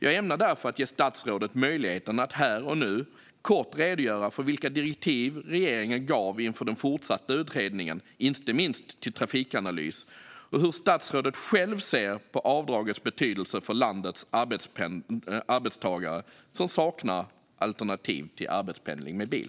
Jag ämnar därför ge statsrådet möjligheten att här och nu kort redogöra för vilka direktiv regeringen gav inför den fortsatta utredningen inte minst till Trafikanalys och hur statsrådet själv ser på avdragets betydelse för landets arbetstagare som saknar alternativ till arbetspendling med bil.